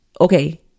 Okay